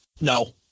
No